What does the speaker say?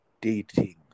dating